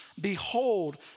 Behold